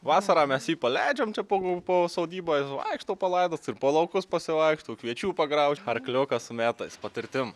vasarą mes jį paleidžiam čia jį po sodybą jis vaikšto palaidas ir po laukus pasivaikšto kviečių pagraužia arkliukas su metais patirtim